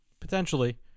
potentially